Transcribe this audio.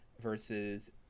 versus